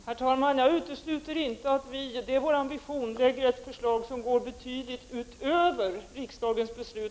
Herr talman! Det är regeringens ambition att lägga fram ett förslag, som går betydligt utöver riksdagens beslut.